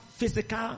Physical